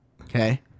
Okay